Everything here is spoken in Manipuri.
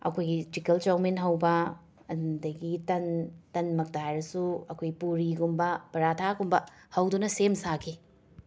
ꯑꯩꯈꯣꯏꯒꯤ ꯆꯤꯀꯜ ꯆꯧꯃꯤꯟ ꯍꯧꯕ ꯑꯗꯒꯤ ꯇꯟ ꯇꯟꯃꯛꯇ ꯍꯥꯏꯔꯁꯨ ꯑꯩꯈꯣꯏ ꯄꯨꯔꯤꯒꯨꯝꯕ ꯄꯔꯥꯊꯥꯒꯨꯝꯕ ꯍꯧꯗꯨꯅ ꯁꯦꯝ ꯁꯥꯈꯤ